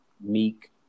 Meek